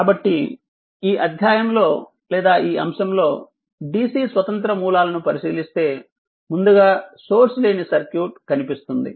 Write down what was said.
కాబట్టి ఈ అధ్యాయంలో లేదా ఈ అంశంలో DC స్వతంత్ర మూలాలను పరిశీలిస్తే ముందుగా సోర్స్ లేని సర్క్యూట్ కనిపిస్తుంది